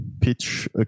pitch